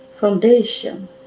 foundation